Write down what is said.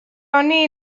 honi